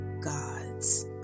God's